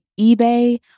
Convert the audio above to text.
eBay